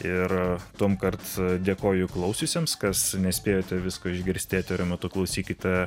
ir tuomkart dėkoju klausiusiems kas nespėjote visko išgirsti eterio metu klausykite